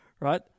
Right